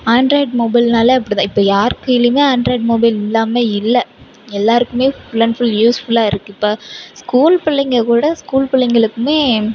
Android மொபைல்னாலே அப்படிதான் இப்போ யார் கைலேயுமே ஆண்ட்ராய்ட் மொபைல் இல்லாமல் இல்லை எல்லாருக்குமே ஃபுல் அண்ட் ஃபுல் யூஸ்ஃபுல்லாக இருக்கு இப்போ ஸ்கூல் பிள்ளைங்க கூட ஸ்கூல் பிள்ளைங்களுக்குமே